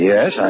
Yes